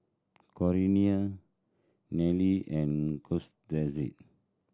Corina Nelly and Cortez